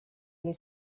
oli